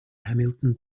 hamilton